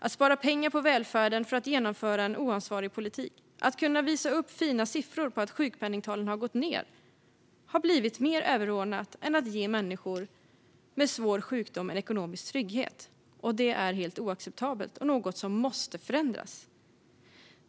Att spara pengar på välfärden och genomföra en oansvarig politik för att kunna visa upp fina siffror på att sjukpenningtalen gått ned har blivit överordnat att ge människor med svår sjukdom ekonomisk trygghet. Det är helt oacceptabelt och något som måste förändras.